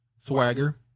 Swagger